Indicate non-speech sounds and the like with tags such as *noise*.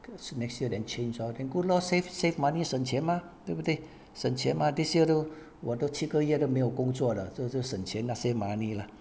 *noise* next year then change orh then good lor save save money 省钱吗对不对省钱吗 this year 都 *noise* 我的七个月都没有工作的这这省钱 save money lah